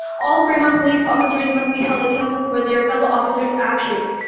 all fremont police officers must be held accountable for their fellow officers actions.